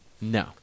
No